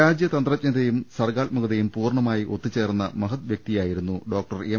രാജ്യതന്ത്രജ്ഞതയും സർഗ്ഗാത്മകതയും പൂർണ്ണമായി ഒത്തുചേർന്ന മഹത്വ്യക്തിയായിരുന്നു ഡോക്ടർ എം